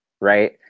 right